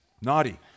naughty